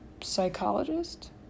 Psychologist